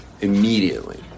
immediately